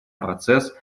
процесс